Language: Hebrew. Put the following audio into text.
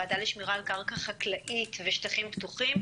הוועדה לשמירה על קרקע חקלאית ושטחים פתוחים.